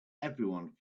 everyone